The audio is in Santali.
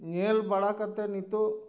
ᱧᱮᱞ ᱵᱟᱲᱟ ᱠᱟᱛᱮ ᱱᱤᱛᱳᱜ